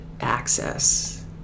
access